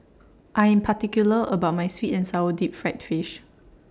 I Am particular about My Sweet and Sour Deep Fried Fish